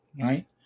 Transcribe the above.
right